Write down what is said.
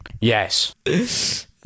Yes